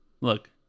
Look